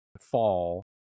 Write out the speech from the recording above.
fall